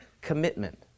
commitment